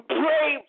pray